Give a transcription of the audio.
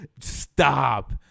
Stop